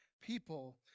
people